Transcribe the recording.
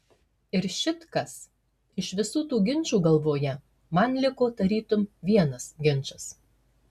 ir šit kas iš visų tų ginčų galvoje man liko tarytum vienas ginčas